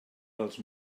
dels